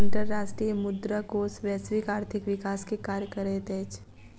अंतर्राष्ट्रीय मुद्रा कोष वैश्विक आर्थिक विकास के कार्य करैत अछि